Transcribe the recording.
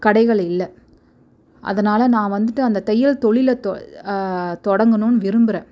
கடைகள் இல்லை அதனால் நான் வந்துட்டு அந்த தையல் தொழில தொ தொடங்குணும்னு விரும்புகிறேன்